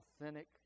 authentic